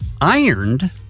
ironed